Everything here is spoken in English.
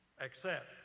accept